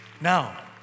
Now